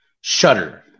shutter